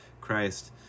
christ